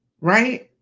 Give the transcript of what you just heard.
right